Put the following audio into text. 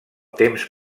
temps